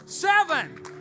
seven